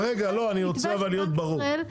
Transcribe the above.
רגע, אני רוצה אבל להיות ברור.